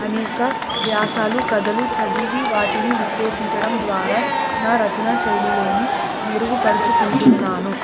అనేక వ్యాసాలు కథలు చదివి వాటిని విశ్లేషించడం ద్వారా నా రచన శైలిలోని మెరుగుపరుచుకుంటున్నాను